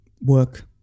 work